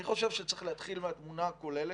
אני חושב שצריך להתחיל מהתמונה הכוללת.